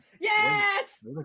yes